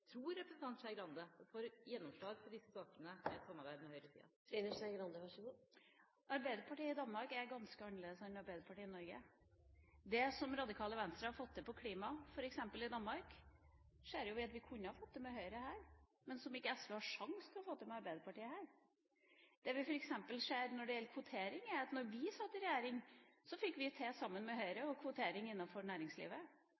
Tror representanten Skei Grande at hun får gjennomslag for disse sakene i et samarbeid med høyresida? Arbeiderpartiet i Danmark er ganske annerledes enn Arbeiderpartiet i Norge. Det som Radikale Venstre har fått til f.eks. på klima i Danmark, ser vi at vi kunne ha fått til med Høyre her, men som ikke SV har sjanse til å få til med Arbeiderpartiet. Det vi f.eks. ser når det gjelder kvotering, er at da vi satt i regjering, fikk vi til sammen med